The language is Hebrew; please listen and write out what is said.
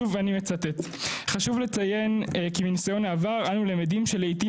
אני מצטט: "חשוב לציין כי מניסיון העבר אנו למדים שלעיתים